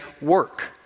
work